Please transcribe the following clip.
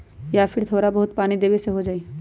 या फिर थोड़ा बहुत पानी देबे से हो जाइ?